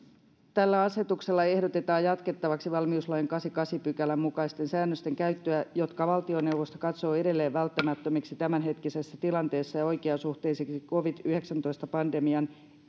tällä asetuksella ehdotetaan jatkettavaksi valmiuslain kahdeksannenkymmenennenkahdeksannen pykälän mukaisten säännösten käyttöä jotka valtioneuvosto katsoo edelleen välttämättömiksi tämänhetkisessä tilanteessa ja oikeasuhteisiksi covid yhdeksäntoista pandemian